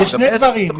יש שני דברים,